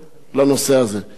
אמרתי ואני חוזר ואומר,